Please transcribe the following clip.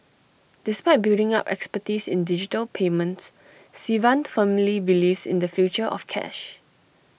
despite building up expertise in digital payments Sivan firmly believes in the future of cash